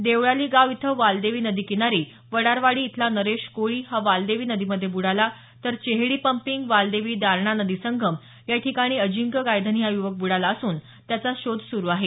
देवळाली गाव इथं वालदेवी नदीकिनारी वडारवाडी इथला नरेश कोळी हा वालदेवी नदी मध्ये बुडाला तर चेहडी पंपिंग वालदेवी दारणा नदी संगम या ठिकाणी अजिंक्य गायधनी हा युवक बुडाला असून त्याचा शोध सुरु आहे